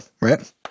right